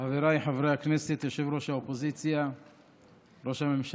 חבריי חברי הכנסת, ראש האופוזיציה, ראש הממשלה,